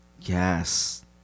Yes